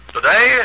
Today